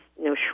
no